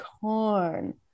corn